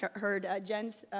heard ah jen's,